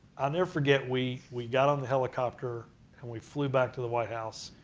i'll never forget we we got on the helicopter and we flew back to the white house.